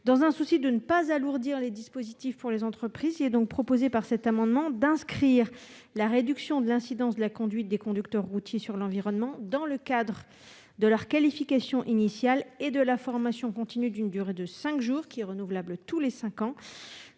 Dans le souci de ne pas alourdir les dispositifs pour les entreprises, nous proposons par cet amendement d'inscrire la réduction de l'incidence de la conduite des conducteurs routiers sur l'environnement dans le cadre de leur qualification initiale et des sessions de formation continue, d'une durée de cinq jours, renouvelables tous les cinq